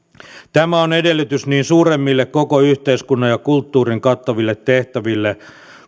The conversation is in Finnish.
tämä on edellytys niin suuremmille koko yhteiskunnan ja kulttuurin kattaville tehtäville